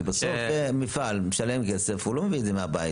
כי בסוף מפעל משלם כסף, הוא לא מביא את זה מהבית.